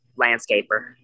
landscaper